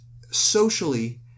Socially